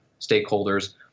stakeholders